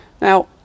Now